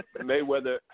Mayweather